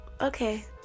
Okay